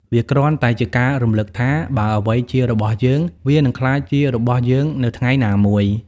វាគ្រាន់តែជាការរំលឹកថា បើអ្វីជារបស់យើង វានឹងក្លាយជារបស់យើងនៅថ្ងៃណាមួយ។